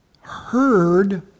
heard